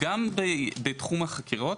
גם בתחום החקירות,